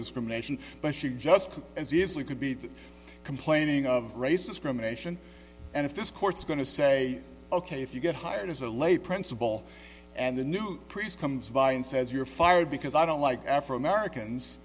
discrimination but she just as easily could be complaining of race discrimination and if this court's going to say ok if you get hired as a lay principle and the new priest comes by and says you're fired because i don't like afro americans